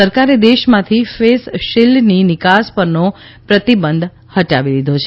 સરકારે દેશમાંથી ફેસ શિલ્ડની નિકાસ પરનો પ્રતિબંધ પણ હટાવ્યો છે